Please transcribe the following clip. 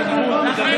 חבר הכנסת פטין מולא,